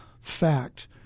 fact